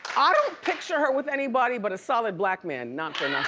ah don't picture her with anybody but a solid black man, not